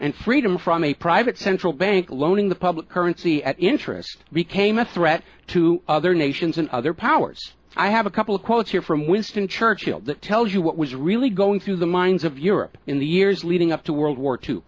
and freedom from a private central bank loaning the public currency at interest became a threat to other nations and other powers i have a couple of quotes here from winston churchill that tells you what was really going through the minds of europe in the years leading up to world war two